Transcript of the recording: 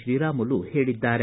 ಶ್ರೀರಾಮುಲು ಹೇಳಿದ್ದಾರೆ